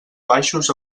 baixos